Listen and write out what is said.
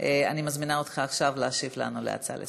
אני מזמינה אותך עכשיו להשיב לנו על ההצעה לסדר-היום.